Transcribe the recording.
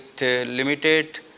limited